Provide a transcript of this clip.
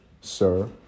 sir